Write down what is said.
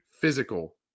physical